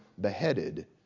beheaded